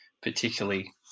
particularly